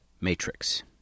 Matrix